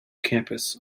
campus